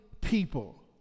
people